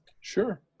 sure